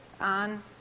on